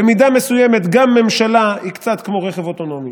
במידה מסוימת גם ממשלה היא קצת כמו רכב אוטונומי.